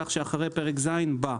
כך שאחרי פרק ז' בא: